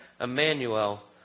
Emmanuel